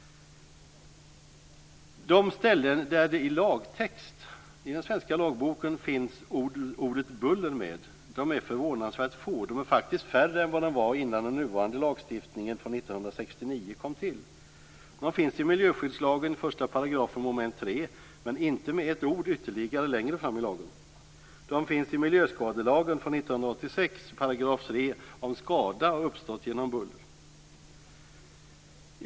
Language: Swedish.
De ställen i den svenska lagboken där ordet buller finns med är förvånansvärt få. De är faktiskt färre än de var innan den nuvarande lagstiftningen från 1969 Buller nämns inte ytterligare längre fram i lagen.